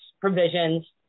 provisions